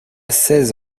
seize